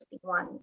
one